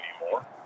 anymore